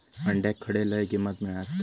अंड्याक खडे लय किंमत मिळात?